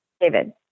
David